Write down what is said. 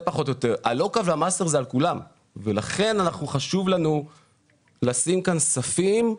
ה-local וה-master זה על כולם ולכן חשוב לנו לשים ספים.